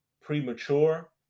premature